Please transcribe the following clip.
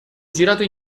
girato